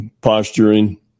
posturing